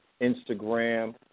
Instagram